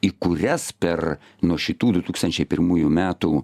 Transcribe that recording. į kurias per nuo šitų du tūkstančiai pirmųjų metų